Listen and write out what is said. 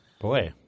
Boy